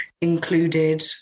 included